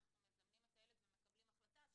אנחנו מזמנים את הילד ומקבלים החלטה.